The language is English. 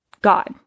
God